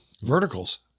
Verticals